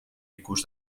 ikus